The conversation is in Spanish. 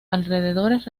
alrededores